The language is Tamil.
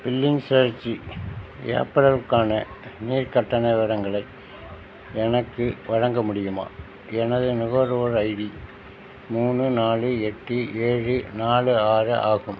பில்லிங் சுழற்சி ஏப்ரலுக்கான நீர் கட்டண விவரங்களை எனக்கு வழங்க முடியுமா எனது நுகர்வோர் ஐடி மூணு நாலு எட்டு ஏழு நாலு ஆறு ஆகும்